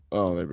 oh, there we